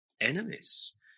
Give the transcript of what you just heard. enemies